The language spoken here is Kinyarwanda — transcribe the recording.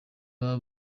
baba